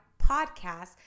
podcast